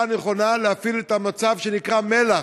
הנכונה: להפעיל את המצב שנקרא מל"ח,